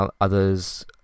others